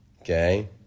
Okay